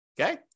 Okay